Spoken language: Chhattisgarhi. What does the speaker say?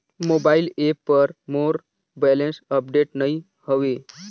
मोबाइल ऐप पर मोर बैलेंस अपडेट नई हवे